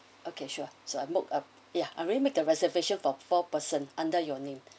okay sure so I book ah ya I already make the reservation for four person under your name